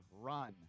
run